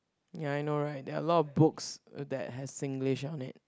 ya I know right there are a lot of books that has Singlish on it